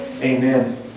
Amen